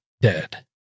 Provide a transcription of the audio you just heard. dead